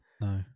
no